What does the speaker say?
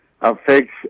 affects